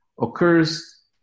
occurs